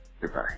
goodbye